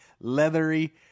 leathery